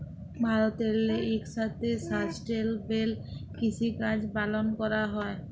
ভারতেল্লে ইকসাথে সাস্টেলেবেল কিসিকাজ পালল ক্যরা হ্যয়